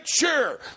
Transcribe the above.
sure